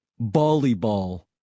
volleyball